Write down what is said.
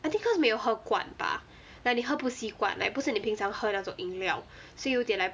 I think cause 没有喝惯 bah like 你喝不习惯 like 不是你平常喝的那种饮料所以有点 like